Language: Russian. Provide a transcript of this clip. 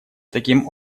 таким